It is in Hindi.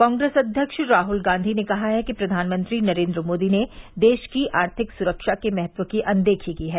कांग्रेस अध्यक्ष राहुल गांधी ने कहा है कि प्रधानमंत्री नरेन्द्र मोदी ने देश की आर्थिक सुरक्षा के महत्व की अनदेखी की है